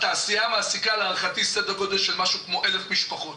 התעשייה מעסיקה להערכתי סדר גודל של משהו כמו כ-1,000 משפחות.